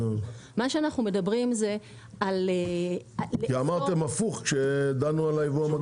מה שאנחנו מדברים זה על --- כי אמרתם הפוך כשדנו על היבוא המקביל.